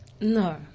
No